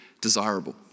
desirable